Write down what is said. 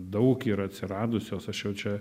daug yra atsiradusios aš jau čia